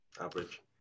Average